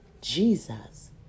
Jesus